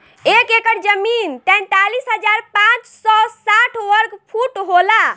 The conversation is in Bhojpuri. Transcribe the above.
एक एकड़ जमीन तैंतालीस हजार पांच सौ साठ वर्ग फुट होला